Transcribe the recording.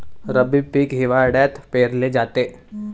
रब्बी पीक हिवाळ्यात पेरले जाते